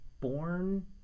born